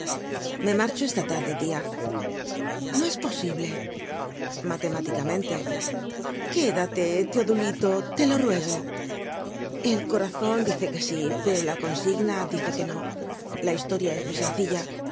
me marcho esta tarde tia no es posible matemáticamente quédate teodulito te lo ruego el corazon dice que sí pero la consigna dice que no la historia es muy sencilla